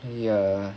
ya